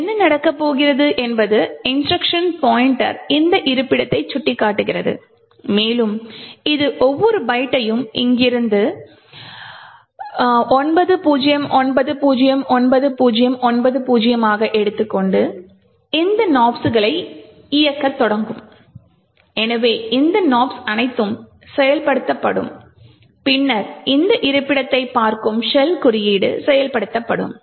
எனவே என்ன நடக்கப் போகிறது என்பது இன்ஸ்ட்ருக்ஷன் பாய்ண்ட்டர் இந்த இருப்பிடத்தை சுட்டிக்காட்டுகிறது மேலும் இது ஒவ்வொரு பைட்டையும் இங்கிருந்து 90909090 ஆக எடுத்துக்கொண்டு இந்த nops களை இயக்கத் தொடங்கும் எனவே இந்த nops அனைத்தும் செயல்படுத்தப்படும் பின்னர் இந்த இருப்பிடத்தை பார்க்கும் ஷெல் குறியீடு செயல்படுத்தப்படும்